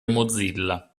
mozilla